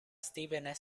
stephen